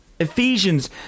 Ephesians